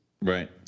Right